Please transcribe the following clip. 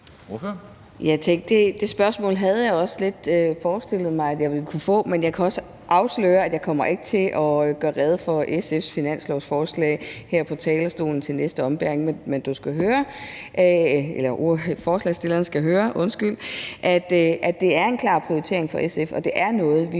det spørgsmål havde jeg også lidt forestillet mig at jeg ville kunne få, men jeg kan afsløre, at jeg ikke kommer til at gøre rede for SF's finanslovsforslag her på talerstolen inden næste ombæring. Men det, du skal høre, nej, undskyld, det, ordføreren for forslagsstillerne skal høre, er, at det er en klar prioritering for SF, og at det er noget, vi